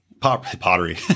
Pottery